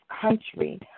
country